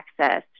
access